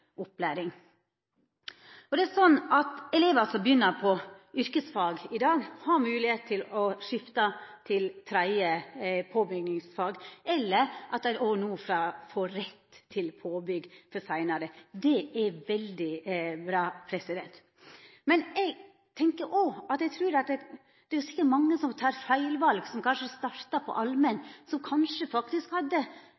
Elevar som begynner på yrkesfag i dag, har moglegheit til å skifta til påbygging i tredje. I denne stortingsmeldinga foreslår regjeringa at dei no får rett til påbygg seinare. Det er veldig bra. Men eg tenkjer òg at mange av dei som vel feil, som kanskje startar på allmennfag, men som kanskje